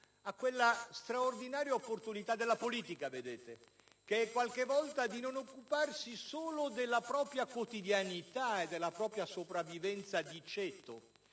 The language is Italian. a quella straordinaria opportunità della politica, che è quella di non occuparsi solo della propria quotidianità e sopravvivenza di ceto,